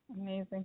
Amazing